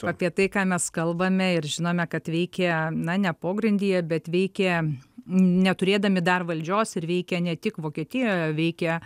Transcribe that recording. apie tai ką mes kalbame ir žinome kad veikė na ne pogrindyje bet veikė neturėdami dar valdžios ir veikė ne tik vokietijoje veikė